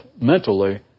mentally